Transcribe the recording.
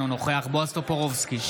אינו נוכח בועז טופורובסקי,